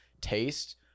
taste